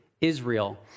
Israel